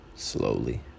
slowly